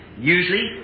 Usually